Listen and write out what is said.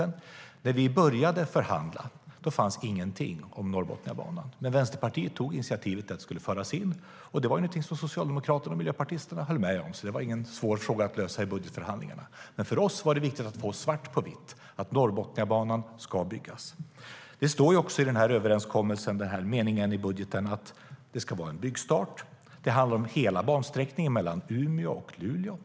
När vi började förhandla fanns det ingenting om Norrbotniabanan. Men Vänsterpartiet tog initiativet till att det skulle föras in, och det var någonting som Socialdemokraterna och Miljöpartiet höll med om. Det var alltså ingen svår fråga att lösa i budgetförhandlingarna, men för oss var det viktigt att få svart på vitt att Norrbotniabanan ska byggas. Det står också i överenskommelsen att det ska vara en byggstart. Det handlar om hela bansträckningen mellan Umeå och Luleå.